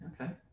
okay